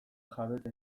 jabetza